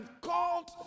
called